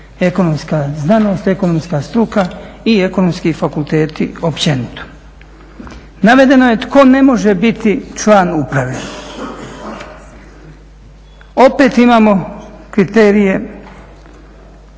ekonomska znanost, ekonomska struka i ekonomski fakulteti općenito. Navedeno je tko ne može biti član uprave. Opet imamo kriterije,